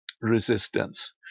resistance